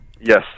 Yes